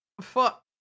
fuck